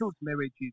marriages